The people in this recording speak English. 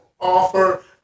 offer